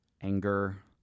anger